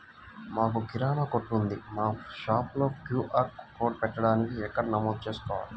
మాకు కిరాణా కొట్టు ఉంది మా షాప్లో క్యూ.ఆర్ కోడ్ పెట్టడానికి ఎక్కడ నమోదు చేసుకోవాలీ?